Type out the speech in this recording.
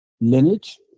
lineage